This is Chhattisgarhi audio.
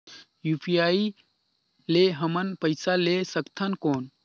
यू.पी.आई ले हमन पइसा ले सकथन कौन?